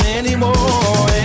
anymore